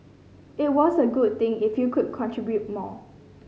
it was a good thing if you could contribute more